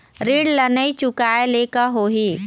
ऋण ला नई चुकाए ले का होही?